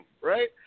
right